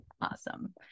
Awesome